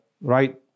right